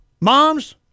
moms